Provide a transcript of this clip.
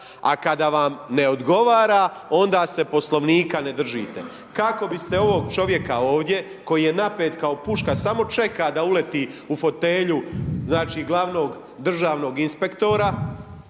a kada vam ne odgovara onda se Poslovnika ne držite, kako biste ovog čovjeka ovdje koji je napet kao puška samo čeka da uleti u fotelju znači glavnog državnog inspektora